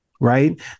right